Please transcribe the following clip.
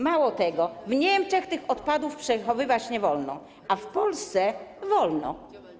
Mało tego, w Niemczech tych odpadów przechowywać nie wolno, a w Polsce - wolno.